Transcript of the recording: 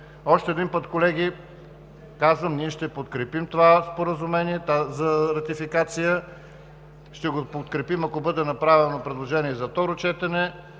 Още един път, колеги, казвам: ние ще подкрепим това споразумение за ратификация, ще го подкрепим, ако бъде направено предложение за второ четене,